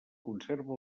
conserva